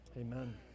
Amen